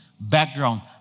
background